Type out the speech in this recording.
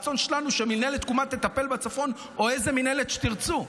ושהרצון שלנו הוא שמינהלת תקומה תטפל בצפון או איזו מינהלת שתרצו.